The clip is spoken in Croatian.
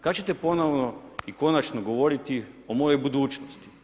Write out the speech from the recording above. Kad ćete ponovno i konačno govoriti o mojoj budućnosti?